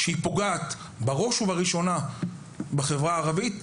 שפוגעת בראש ובראשונה בחברה הערבית,